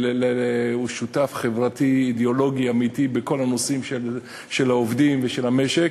שותף חברתי אידיאולוגי אמיתי בכל הנושאים של העובדים ושל המשק,